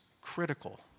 critical